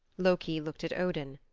loki looked at odin,